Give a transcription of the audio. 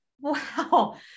Wow